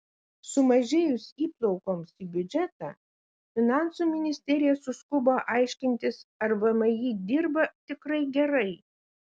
sumažėjus įplaukoms į biudžetą finansų ministerija suskubo aiškintis ar vmi dirba tikrai gerai